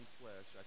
flesh